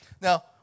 Now